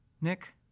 Nick